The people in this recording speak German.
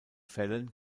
fällen